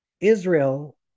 Israel